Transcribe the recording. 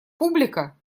публика